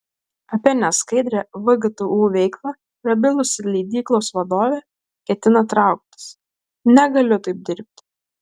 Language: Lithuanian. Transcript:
apie neskaidrią vgtu veiklą prabilusi leidyklos vadovė ketina trauktis negaliu taip dirbti